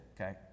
okay